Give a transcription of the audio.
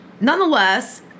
Nonetheless